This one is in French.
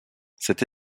cette